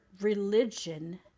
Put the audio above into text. religion